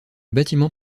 bâtiment